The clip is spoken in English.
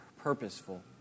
purposeful